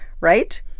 right